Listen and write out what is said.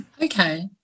Okay